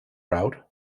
route